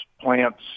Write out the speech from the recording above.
plants